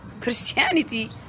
Christianity